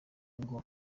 ngo